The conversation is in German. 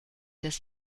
des